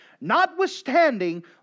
Notwithstanding